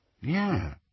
yeah